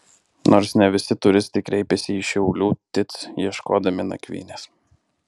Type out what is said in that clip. nors ne visi turistai kreipiasi į šiaulių tic ieškodami nakvynės